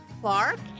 Clark